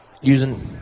using